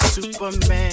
Superman